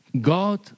God